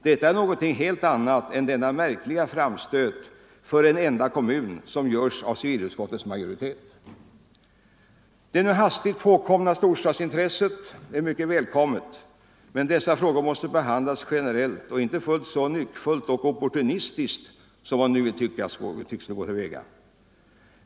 Detta är något helt annat än denna märkliga framstöt för en enda kommun som görs av civilutskottets majoritet. Det nu hastigt påkomna storstadsintresset är mycket välkommet, men dessa frågor måste behandlas generellt och inte så nyckfullt och opportunistiskt som man nu tycks vilja göra.